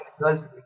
girls